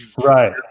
Right